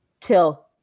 till